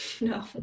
No